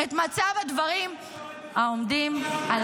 את מצב הדברים -- את יודעת,